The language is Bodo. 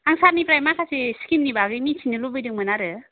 आं सारनिफ्राय माखासे स्किमनि बागै मिथिनो लुबैदोंमोन आरो